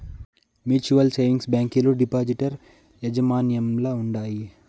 mutual savings బ్యాంకీలు depositor యాజమాన్యంల ఉండాయి